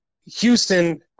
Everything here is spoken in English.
Houston